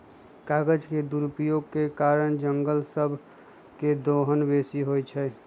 कागज के दुरुपयोग के कारण जङगल सभ के दोहन बेशी होइ छइ